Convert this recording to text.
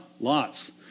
lots